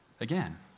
again